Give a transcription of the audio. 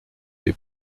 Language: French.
des